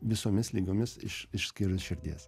visomis ligomis iš išskyrus širdies